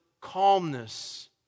calmness